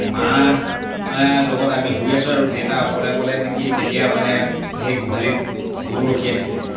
মাৰ লগত আমি শুই আছোঁ আৰু দেউতা অকলে অকলে নেকি তেতিয়া মানে সেই গোহালিত গৰু ৰখি আছিলে